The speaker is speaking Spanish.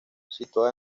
situada